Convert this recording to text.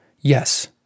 yes